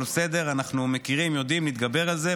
אבל בסדר, אנחנו מכירים, יודעים, נתגבר על זה.